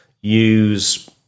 use